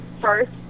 first